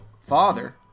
father